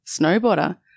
snowboarder